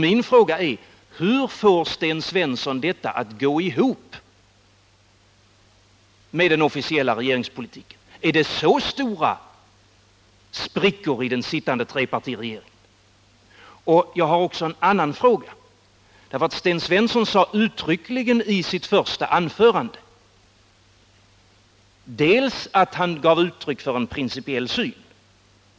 Min fråga är: Hur får Sten Svensson detta att gå ihop med den officiella regeringspolitiken? Är det så stora sprickor i den sittande trepartiregeringen? Jag har också en annan fråga. Sten Svensson gav i sitt första anförande klart uttryck för en principiell syn.